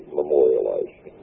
memorialized